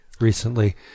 recently